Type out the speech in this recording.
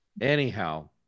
Anyhow